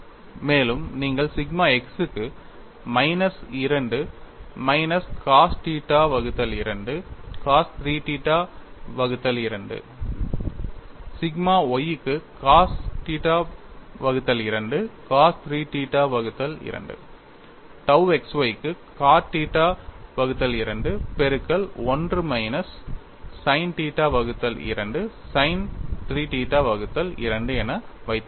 மேலும் நீங்கள் sigma x க்கு minus 2 minus cos θ 2 cos 3θ 2 sigma y க்கு cos θ 2 cos 3θ 2 tau x y க்கு cot θ 2 பெருக்கல் 1 மைனஸ் sin θ 2 sin 3θ 2 என வைத்துள்ளேர்கள்